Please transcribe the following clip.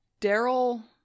daryl